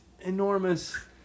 enormous